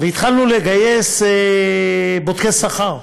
והתחלנו לגייס בודקי שכר.